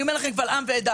אני אומר לכם קבל עם ועדה,